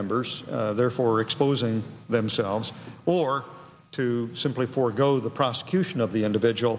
members therefore exposing themselves or to simply forego the prosecution of the individual